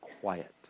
quiet